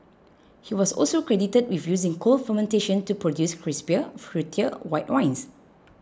he was also credited with using cold fermentation to produce crisper fruitier white wines